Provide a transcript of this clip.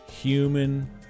human